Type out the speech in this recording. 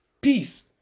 peace